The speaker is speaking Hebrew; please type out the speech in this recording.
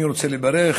אני רוצה לברך